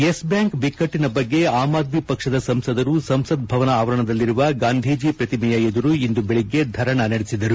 Yes bank ಬಿಕ್ಕಟ್ಟನ ಬಗ್ಗೆ ಆಮ್ ಆದ್ನಿ ಪಕ್ಷದ ಸಂಸದರು ಸಂಸತ್ ಭವನ ಆವರಣದಲ್ಲಿರುವ ಗಾಂಧೀಜಿ ಪ್ರತಿಮೆಯ ಎದುರು ಇಂದು ಬೆಳಗ್ಗೆ ಧರಣಿ ನಡೆಸಿದರು